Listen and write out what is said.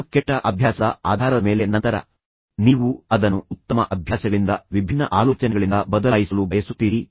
ನಿಮ್ಮ ಕೆಟ್ಟ ಅಭ್ಯಾಸದ ಆಧಾರದ ಮೇಲೆ ನಂತರ ನೀವು ಅದನ್ನು ಉತ್ತಮ ಅಭ್ಯಾಸಗಳಿಂದ ವಿಭಿನ್ನ ಆಲೋಚನೆಗಳಿಂದ ಬದಲಾಯಿಸಲು ಬಯಸುತ್ತೀರಿ